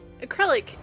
Acrylic